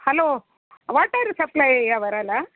hello water supply ಅವರ ಅಲ್ಲ